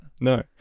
No